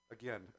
again